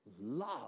love